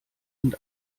und